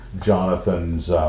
Jonathan's